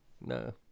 no